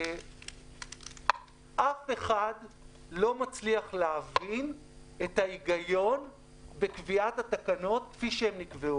אף אחד לא מצליח להבין את ההיגיון בקביעת התקנות הנוכחיות.